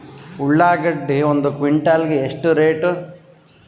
ಉಳ್ಳಾಗಡ್ಡಿ ಒಂದು ಕ್ವಿಂಟಾಲ್ ಗೆ ಎಷ್ಟು ರೇಟು?